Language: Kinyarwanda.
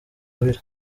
abira